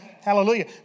Hallelujah